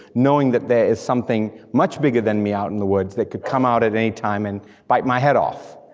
knowing that there is something much bigger than me out in the woods that could come out at any time and bite my head off.